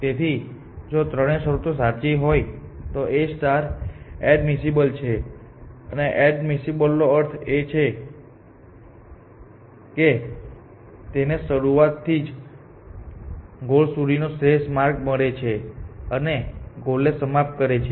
તેથી જો ત્રણેય શરતો સાચી હોય તો A એડમિસિબલ છે અને એડમિસિબલનો અર્થ એ છે કે તેને શરૂઆતથી ગોલ સુધી શ્રેષ્ઠ માર્ગ મળે છે અને તે ગોલ ને સમાપ્ત કરે છે